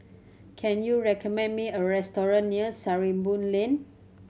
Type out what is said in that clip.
can you recommend me a restaurant near Sarimbun Lane